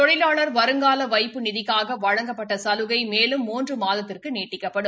தொழிலாளர் வருங்கால வைப்பு நிதிக்காக வழங்கப்பட்ட சலுகை மேலும் மூன்று மாதத்திற்கு நீட்டிக்கப்படும்